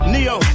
Neo